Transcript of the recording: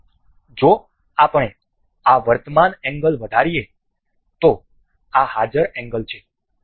તેથી જો આપણે આ વર્તમાન એંગલ વધારીએ તો આ હાજર એંગલ છે